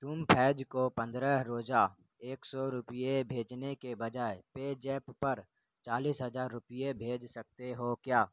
تم فیض کو پندرہ روزہ ایک سو روپے بھیجنے کے بجائے پے جیپ پر چالیس ہزار روپے بھیج سکتے ہو کیا